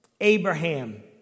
Abraham